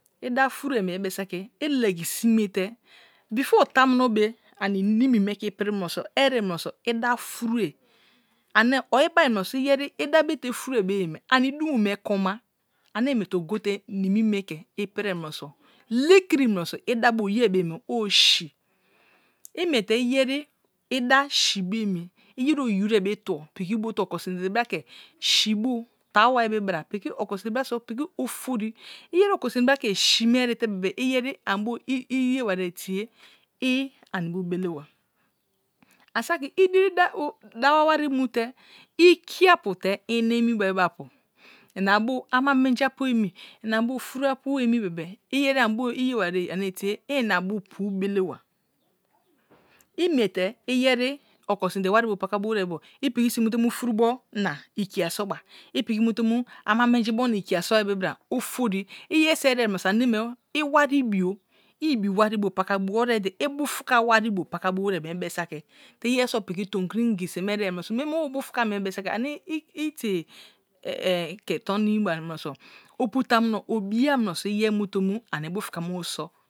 I da furue mii be saki ilegi sime te before tamuno be ani mini me ke pri munoso eri munoso i da furiee ane ibai nunoso iyeri ida be te furu beye me ani dumu me konma are wiite o gote nimime ke piri munoso likiri munoso i da be oyei be yeme osi imiete iyeri i da si bo emi iyeri oyiwite be tubo piki bote okosime te bra ke si bu tai wai be bra piki oko simite bra se piki ofori iyeri oko sime te bra ke si me erite bebe iyeri ani bu iye bari ye tii i ani bu bilaba ani saki idiri dawa warri mute ikia apu te ina emi be apu inabu ama menji apu emi inabu furu apu emi iyeri ani bu i yewiri ane tie ina bu pubele wa imiete iyeri oko simete wari bu paka bo wiri be bo ipiki sui nu te mu furubo na ikia soba ipiki mute anu ama inijibo na ikia a so bai beba ofori iyeri so erie munose ane me iwari bio ibiwari bo paka bua already i bufu ka wari bio paka bo wiri be bo mie be saki te iyeri so piki tonkri mai se me erie munoso mie me owu bufu ka mie be saki itie tonimi munoso apu tamuno obia munoso iyeri mute mu ani bufuku me bo so.